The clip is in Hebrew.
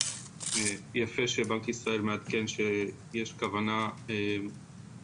יפה שבנק ישראל מעדכן שיש כוונה לנהל